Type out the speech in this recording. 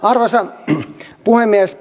arvoisa puhemies